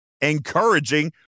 encouraging